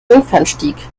jungfernstieg